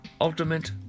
Ultimate